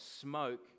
smoke